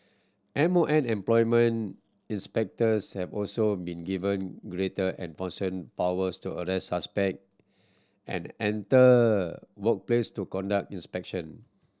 M O M employment inspectors have also been given greater enforcing powers to arrest suspect and enter workplace to conduct inspection